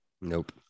nope